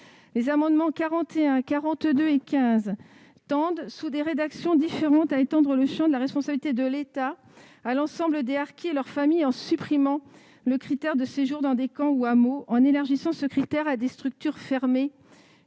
Les amendements n 41, 42 et 15 rectifié visent, sous des rédactions différentes, à étendre le champ de la responsabilité de l'État à l'ensemble des harkis et de leurs familles en supprimant le critère de séjour dans des camps ou hameaux ou en élargissant ce critère à des structures « fermées